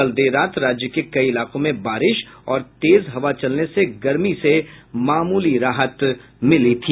कल देर रात राज्य के कई इलाकों में बारिश और तेज हवा चलने से गर्मी से मामूली राहत मिली थी